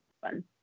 fun